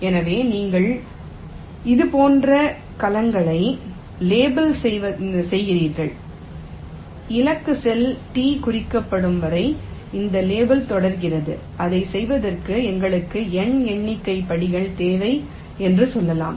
எனவே நீங்கள் இது போன்ற கலங்களை லேபிளிங் செய்கிறீர்கள் இலக்கு செல் T குறிக்கப்படும் வரை இந்த லேபிளிங் தொடர்கிறது அதைச் செய்வதற்கு எங்களுக்கு L எண்ணிக்கை படிகள் தேவை என்று சொல்லலாம்